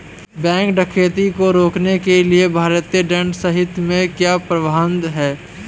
bank डकैती को रोकने के लिए भारतीय दंड संहिता में क्या प्रावधान है